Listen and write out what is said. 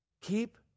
Keep